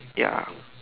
ya